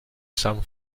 some